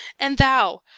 and thou,